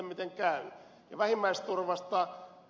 ja vähimmäisturvasta